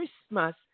Christmas